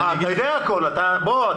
בוא,